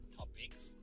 topics